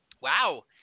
wow